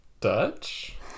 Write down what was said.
Dutch